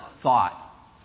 thought